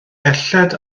belled